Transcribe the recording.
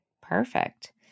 Perfect